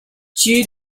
due